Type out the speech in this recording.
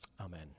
Amen